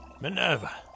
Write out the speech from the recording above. Minerva